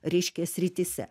reiškia srityse